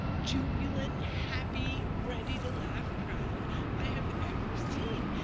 jubilant, happy, ready to laugh crowd i have ever seen.